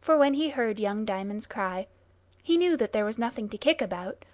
for when he heard young diamond's cry he knew that there was nothing to kick about